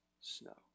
snow